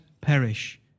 perish